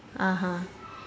(uh huh)